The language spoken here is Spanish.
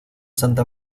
santa